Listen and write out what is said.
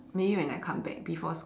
maybe when I come back before sc~